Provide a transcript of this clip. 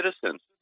citizens